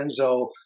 enzo